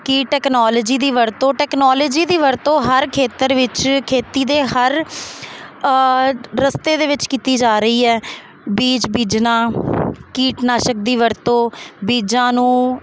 ਕਿ ਟੈਕਨੋਲੋਜੀ ਦੀ ਵਰਤੋਂ ਟੈਕਨੋਲੋਜੀ ਦੀ ਵਰਤੋਂ ਹਰ ਖੇਤਰ ਵਿੱਚ ਖੇਤੀ ਦੇ ਹਰ ਰਸਤੇ ਦੇ ਵਿੱਚ ਕੀਤੀ ਜਾ ਰਹੀ ਹੈ ਬੀਜ ਬੀਜਣਾ ਕੀਟਨਾਸ਼ਕ ਦੀ ਵਰਤੋਂ ਬੀਜਾਂ ਨੂੰ